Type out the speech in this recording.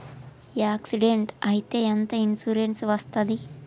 Accident అయితే ఎంత insurance వస్తది?